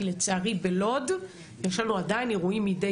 כי לצערי בלוד יש לנו עדיין אירועים מדי